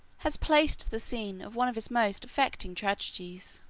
has placed the scene of one of his most affecting tragedies.